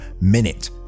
minute